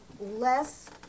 less